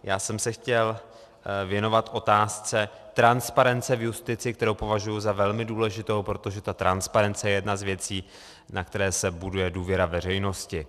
Chtěl jsem se věnovat otázce transparence v justici, kterou považuji za velmi důležitou, protože transparence je jedna z věcí, na které se buduje důvěra veřejnosti.